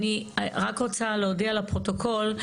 אני רק רוצה להודיע לפרוטוקול,